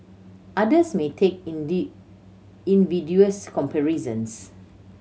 others may make invidious comparisons